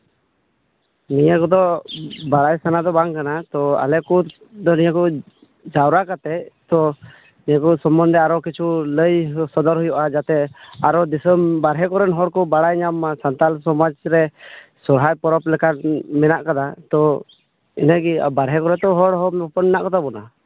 ᱱᱤᱭᱟᱹ ᱠᱚᱫᱚ ᱵᱟᱲᱟᱭ ᱥᱟᱱᱟ ᱫᱚ ᱵᱟᱝ ᱠᱟᱱᱟ ᱛᱚ ᱟᱞᱮ ᱠᱚ ᱱᱤᱭᱟᱹ ᱠᱚ ᱡᱟᱣᱨᱟ ᱠᱟᱛᱮ ᱛᱚ ᱱᱤᱭᱟᱹ ᱠᱚ ᱥᱚᱢᱚᱱᱫᱷᱮ ᱟᱨᱚ ᱠᱤᱪᱷᱩ ᱞᱟᱹᱭ ᱥᱚᱫᱚᱨ ᱦᱩᱭᱩᱜᱼᱟ ᱡᱟᱛᱮ ᱟᱨᱦᱚᱸ ᱫᱤᱥᱚᱢ ᱵᱟᱦᱨᱮ ᱠᱚᱨᱮᱱ ᱦᱚᱲ ᱠᱚ ᱵᱟᱲᱟᱭ ᱧᱟᱢ ᱢᱟ ᱥᱟᱱᱛᱟᱲ ᱥᱚᱢᱟᱡᱽ ᱨᱮ ᱥᱚᱨᱦᱟᱭ ᱯᱚᱨᱚᱵᱽ ᱞᱮᱠᱟᱱ ᱢᱮᱱᱟᱜ ᱠᱟᱫᱟ ᱛᱚ ᱤᱱᱟᱹᱜᱮ ᱵᱟᱦᱨᱮ ᱠᱚᱨᱮᱜ ᱛᱚ ᱦᱚᱲ ᱦᱚᱯᱚᱱ ᱢᱮᱱᱟᱜ ᱠᱚᱛᱟ ᱵᱚᱱᱟ